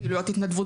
פעילות התנדבות